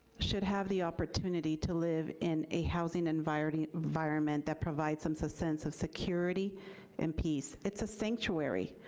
should have the opportunity to live in a housing environment environment that provides some so sense of security and peace. it's a sanctuary,